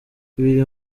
biri